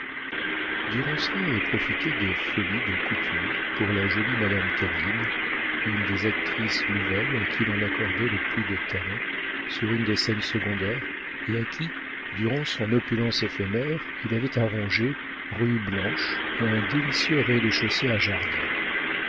ronceret avait profité des folies de couture pour la jolie madame cadine une des actrices nouvelles à qui l'on accordait le plus de talent sur une des scènes secondaires et à qui durant son opulence éphémère il avait arrangé rue blanche un délicieux rez-de-chaussée à